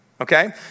Okay